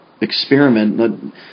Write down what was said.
experiment